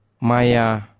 Maya